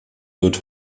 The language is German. wird